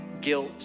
guilt